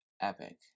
Epic